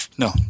No